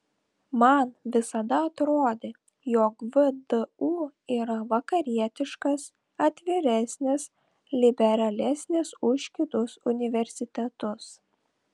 man visada atrodė jog vdu yra vakarietiškas atviresnis liberalesnis už kitus universitetus